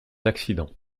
accidents